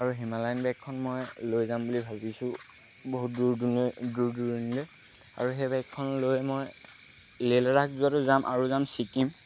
আৰু হিমালয়ান বাইকখন মই লৈ যাম বুলি ভাবিছোঁ বহুত দূৰ দূৰ দূৰণিলৈ আৰু সেই বাইকখন লৈ মই লে লাডাখ যোৱাতো যাম আৰু যাম ছিকিম